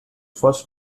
first